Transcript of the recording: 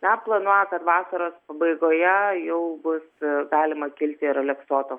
ką planouja kad vasaros pabaigoje jau bus galima kilti ir aleksoto